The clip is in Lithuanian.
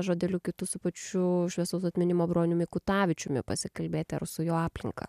žodeliu kitu su pačiu šviesaus atminimo broniumi kutavičiumi pasikalbėti ar su jo aplinka